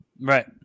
Right